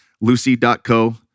Lucy.co